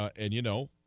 are and you know